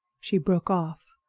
she broke off,